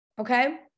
Okay